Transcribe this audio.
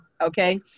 okay